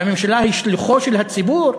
והממשלה היא שליחו של הציבור,